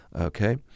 okay